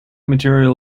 material